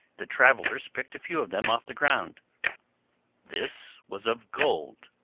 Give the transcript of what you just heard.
the travellers picked a few of them off the ground this was of gold,